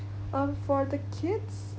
um for the kids